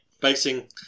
facing